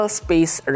space